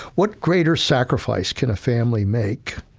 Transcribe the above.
what greater sacrifice can a family make,